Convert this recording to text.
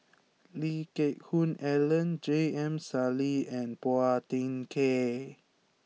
Lee Geck Hoon Ellen J M Sali and Phua Thin Kiay